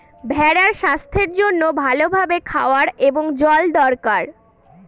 ভেড়ার স্বাস্থ্যের জন্য ভালো ভাবে খাওয়ার এবং জল দরকার